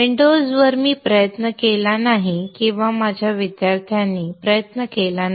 विंडोजवर मी प्रयत्न केला नाही किंवा माझ्या विद्यार्थ्यांनी प्रयत्न केला नाही